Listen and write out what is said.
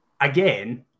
again